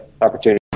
opportunity